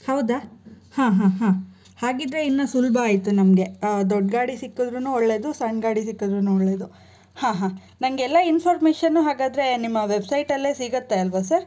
ಹೌದಾ ಹಾಂ ಹಾಂ ಹಾಂ ಹಾಗಿದ್ದರೆ ಇನ್ನೂ ಸುಲಭ ಆಯಿತು ನಮಗೆ ದೊಡ್ಡ ಗಾಡಿ ಸಿಕ್ಕಿದ್ರು ಒಳ್ಳೆಯದು ಸಣ್ಣ ಗಾಡಿ ಸಿಕ್ಕಿದ್ರು ಒಳ್ಳೆಯದು ಹಾಂ ಹಾಂ ನನಗೆಲ್ಲ ಇನ್ಫಾರ್ಮೇಷನ್ನೂ ಹಾಗಾದರೆ ನಿಮ್ಮ ವೆಬ್ಸೈಟಲ್ಲೇ ಸಿಗತ್ತೆ ಅಲ್ವ ಸರ್